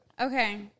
Okay